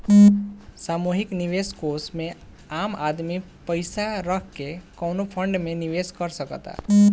सामूहिक निवेश कोष में आम आदमी पइसा रख के कवनो फंड में निवेश कर सकता